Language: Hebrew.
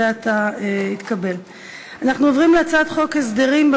אפשר להוסיף, אני אנסה.